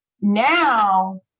Now